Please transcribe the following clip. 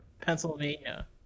Pennsylvania